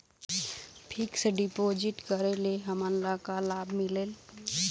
Fix deposit बीमा करे ले हमनला का लाभ मिलेल?